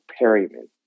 Perryman